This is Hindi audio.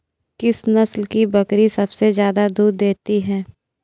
किस नस्ल की बकरी सबसे ज्यादा दूध देती है?